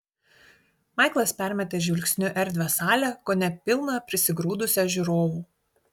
maiklas permetė žvilgsniu erdvią salę kone pilną prisigrūdusią žiūrovų